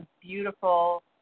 beautiful